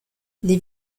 les